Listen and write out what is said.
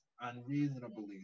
unreasonably